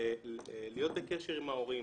להיות בקשר עם ההורים,